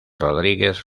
rodriguez